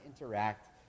interact